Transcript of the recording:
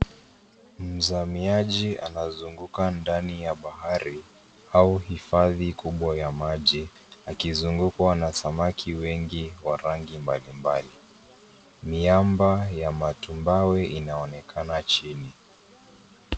Mzamiaji anazunguka ndani ya bahari au hifadhi kubwa ya maji akizungukwa na samaki wengi wa rangi mbalimbali. Miamba ya matumbawe inaonekana chini.